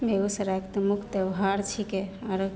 बेगूसरायके तऽ मुख्य त्योहार छिकै अब रखिए